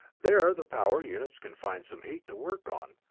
there the power units can find some heat to work on,